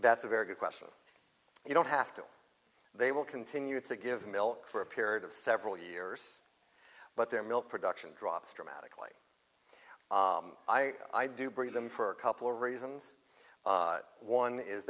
that's a very good question you don't have to they will continue to give milk for a period of several years but their milk production drops dramatically i do breed them for a couple reasons one is